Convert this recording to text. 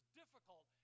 difficult